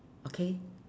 okay